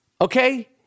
Okay